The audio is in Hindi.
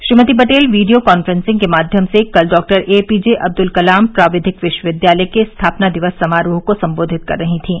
श्रीमती पटेल वीडियो कान्फ्रेसिंग के माध्यम से कल डॉक्टर एपीजे अब्दुल कलाम प्राविधिक विश्वविद्यालय के स्थापना दिवस समारोह को सम्बोधित कर रहीं थीं